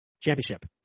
championship